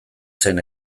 zen